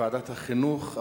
בוועדת החינוך,